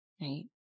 right